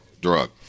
drug